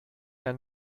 mehr